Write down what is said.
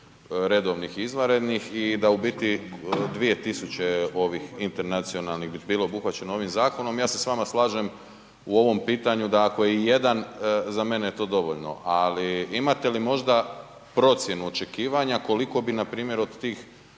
redovnih i izvanrednih i da u biti 2.000 ovih internacionalnih bi bilo obuhvaćeno ovim zakonom i ja se s vama slažem u ovom pitanju da ako je i 1 za mene je to dovoljno, ali imate li možda procjenu očekivanja koliko bi npr. od tih